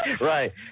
right